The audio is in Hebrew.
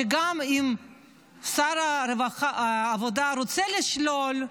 שגם אם שר העבודה והרווחה רוצה לשלול,